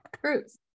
fruits